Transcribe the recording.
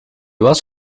was